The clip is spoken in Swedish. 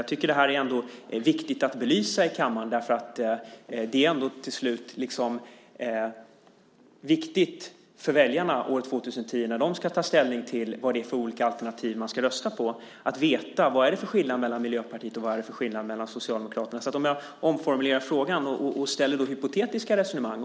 Jag tycker ändå att det är viktigt att belysa i kammaren, därför att det ändå till slut är viktigt för väljarna år 2010, när de ska ta ställning till vilka olika alternativ de ska rösta på, att veta vad det är för skillnad mellan Miljöpartiet och Socialdemokraterna. Jag omformulerar frågan och för fram ett hypotetiskt resonemang.